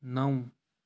نَو